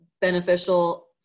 beneficial